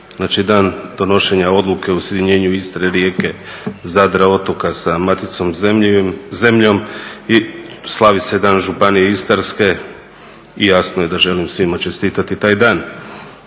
dan donošenja odluke o sjedinjenju Istre, Rijeke, Zadra, otoka sa maticom zemljom i slavi se Dan Županije istarske i jasno da želim svima čestitati taj dan.